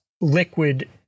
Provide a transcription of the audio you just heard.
liquid